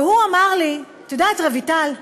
והוא אמר לי: את יודעת, רויטל,